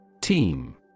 Team